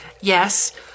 Yes